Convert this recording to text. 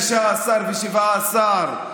וישאירו את המדינה הזאת,